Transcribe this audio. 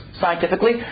scientifically